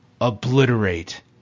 obliterate